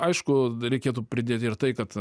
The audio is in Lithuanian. aišku dar reikėtų pridėti ir tai kad